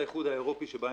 האיחוד האירופי שקשה